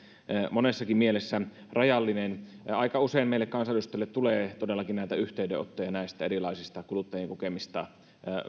monessakin mielessä rajallinen aika usein meille kansanedustajille tulee todellakin yhteydenottoja erilaisista kuluttajien kokemista